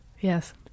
Yes